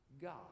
God